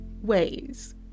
ways